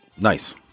Nice